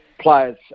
players